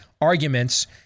arguments